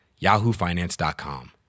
yahoofinance.com